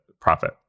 profit